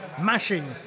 Mashing